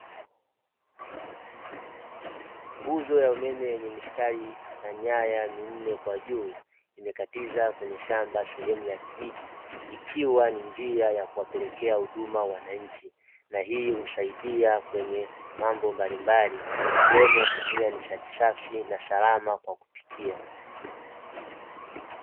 Nguzo ya umeme yenye mistari ya nyaya minne kwa juu, imekatiza kwenye shamba sehemu ya kijiji, ikiwa ni njia ya kuwapelekea huduma wananchi na hii husaidia kwenye mambo mbalimbali, ikiwemo kutumia nishati safi na salama kwa kupikia.